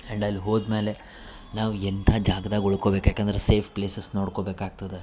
and ಅಲ್ ಹೋದ್ಮೇಲೆ ನಾವು ಎಂತ ಜಾಗ್ದಾಗ ಉಳ್ಕೊಬೇಕು ಯಾಕಂದರೆ ಸೇಫ್ ಪ್ಲೇಸಸ್ ನೋಡ್ಕೊಬೇಕು ಆಗ್ತದ